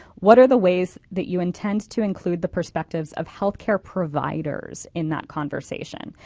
what are the ways that you intend to include the perspectives of health care providers in that conversation?